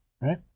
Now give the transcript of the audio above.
right